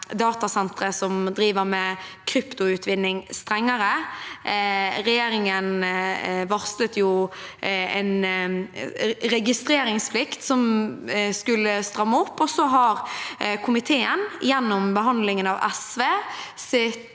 datasentre som driver med kryptoutvinning, strengere. Regjeringen varslet en registreringsplikt som skulle stramme opp, og så har komiteen, gjennom behandlingen av SVs